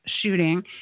shooting